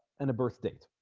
and a birth date